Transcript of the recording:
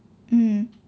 mm